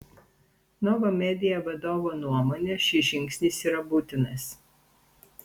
nova media vadovo nuomone šis žingsnis yra būtinas